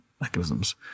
mechanisms